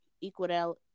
equal